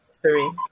three